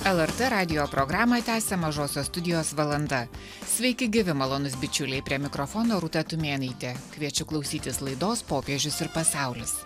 lrt radijo programoj tęsia mažosios studijos valanda sveiki gyvi malonūs bičiuliai prie mikrofono rūta tumėnaitė kviečiu klausytis laidos popiežius ir pasaulis